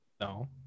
No